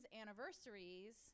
anniversaries